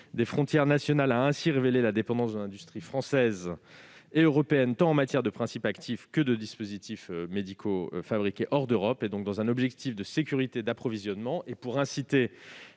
des frontières nationales, elle a ainsi révélé la dépendance de l'industrie française et européenne, en matière tant de principes actifs que de dispositifs médicaux fabriqués hors d'Europe. Par conséquent, dans un objectif de sécurité d'approvisionnement et pour inciter